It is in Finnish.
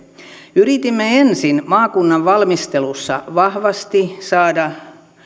yritimme ensin maakunnan valmistelussa vahvasti saada